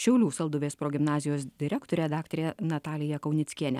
šiaulių salduvės progimnazijos direktore daktare natalija kaunickiene